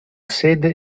sede